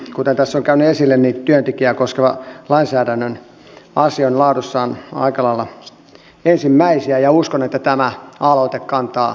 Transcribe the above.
kuten tässä on käynyt esille työntekijää koskeva lainsäädännön asia on laadussaan aika lailla ensimmäisiä ja uskon että tämä aloite kantaa hedelmää